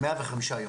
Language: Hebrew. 105 ימים.